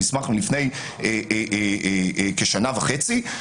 זה מסמך מלפני כשנה וחצי,